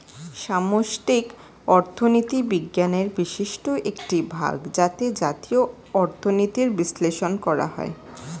সামষ্টিক অর্থনীতি বিজ্ঞানের বিশিষ্ট একটি ভাগ যাতে জাতীয় অর্থনীতির বিশ্লেষণ করা হয়